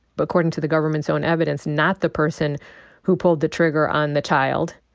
but according to the government's own evidence, not the person who pulled the trigger on the child,